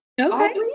Okay